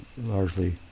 largely